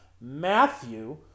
Matthew